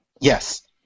Yes